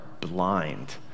blind